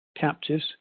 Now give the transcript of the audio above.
captives